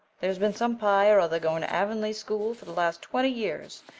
there's been some pye or other going to avonlea school for the last twenty years,